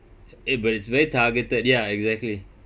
eh but it's very targeted ya exactly